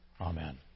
Amen